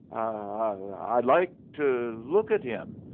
i i'd like to look at him.